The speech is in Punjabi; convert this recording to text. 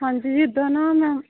ਹਾਂਜੀ ਜਿੱਦਾਂ ਨਾ ਮੈਂ